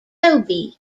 toby